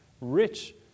rich